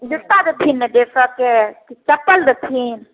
जुत्ता देथिन ने डेढ़ सएके कि चप्पल देथिन